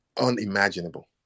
unimaginable